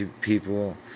people